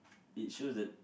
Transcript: it shows that